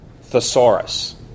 thesaurus